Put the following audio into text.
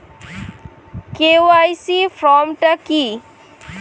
KYC form টা কি?